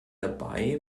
dabei